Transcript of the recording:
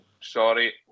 Sorry